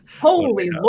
Holy